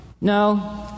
No